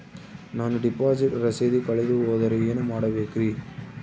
ನಾನು ಡಿಪಾಸಿಟ್ ರಸೇದಿ ಕಳೆದುಹೋದರೆ ಏನು ಮಾಡಬೇಕ್ರಿ?